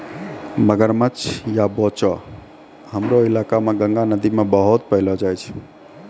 मगरमच्छ या बोचो हमरो इलाका मॅ गंगा नदी मॅ बहुत पैलो जाय छै